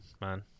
man